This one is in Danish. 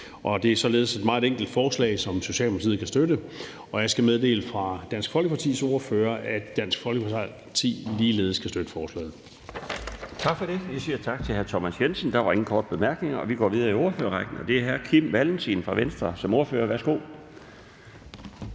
Det er således et meget enkelt forslag, som Socialdemokratiet kan støtte, og jeg skal meddele fra Dansk Folkepartis ordfører, at Dansk Folkeparti ligeledes kan støtte forslaget. Kl. 13:31 Den fg. formand (Bjarne Laustsen): Tak for det. Vi siger tak til hr. Thomas Jensen. Der var ingen korte bemærkninger, og vi går videre i ordførerrækken. Det er hr. Kim Valentin fra Venstre som ordfører. Værsgo.